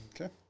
Okay